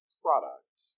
product